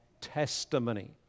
testimony